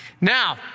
Now